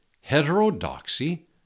Heterodoxy